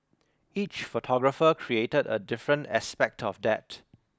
each photographer created a different aspect of that